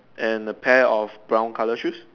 and a pair of brown color shoes